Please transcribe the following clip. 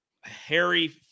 Harry